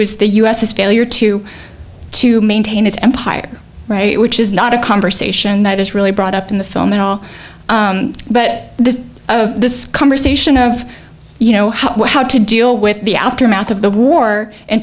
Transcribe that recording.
was the u s his failure to to maintain his empire which is not a conversation that is really brought up in the film at all but this is this conversation of you know how to deal with the aftermath of the war in